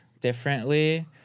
differently